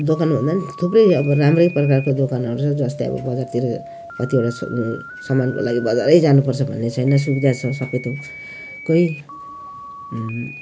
दोकान भन्दा नि थुप्रै अब राम्रै प्रकारको दोकानहरू छ जस्तै अब बजारतिर कतिवटा स सामानको लागि बजारै जानु पर्छ भन्ने छैन सुविधा छ सबै थोक कोही